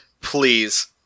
Please